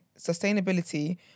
sustainability